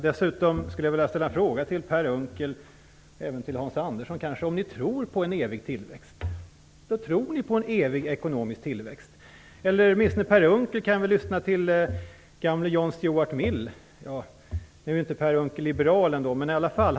Dessutom skulle jag vilja ställa en fråga till Per Unckel och även till Hans Andersson om ni tror på en evig ekonomisk tillväxt. Åtminstone Per Unckel kan väl lyssna till gamle John Stuart Mill - nu är inte Per Unckel liberal, men i alla fall.